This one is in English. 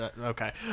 Okay